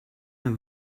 der